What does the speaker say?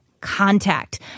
contact